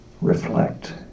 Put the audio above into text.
reflect